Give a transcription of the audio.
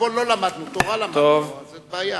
חשבון לא למדנו, תורה למדנו, וזאת קצת בעיה.